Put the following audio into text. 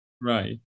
Right